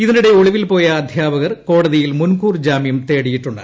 ഇതിനിടെ ഒളിവിൽ പോയ അധ്യാപകർ കോടതിയിൽ മുൻകൂർ ജാമ്യം തേടിയിട്ടുണ്ട്